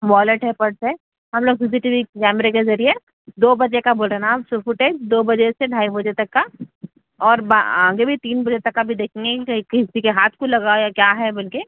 violet ہے purse ہے ہم لوگ سی سی ٹی وی کیمرے کے ذریعے دو بجے کا بول رہے ہیں نا آپ سو فوٹیج دو بجے سے ڈھائی بجے تک کا اور آگے بھی تین بجے تک کا بھی دیکھیں گے کہ کسی کے ہاتھ کو لگا یا کیا ہے بول کے